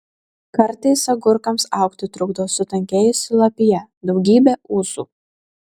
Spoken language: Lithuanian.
kartais agurkams augti trukdo sutankėjusi lapija daugybė ūsų